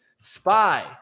Spy